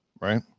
right